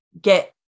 get